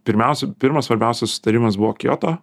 pirmiausia pirmas svarbiausias susitarimas buvo kioto